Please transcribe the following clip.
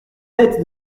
têtes